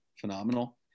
phenomenal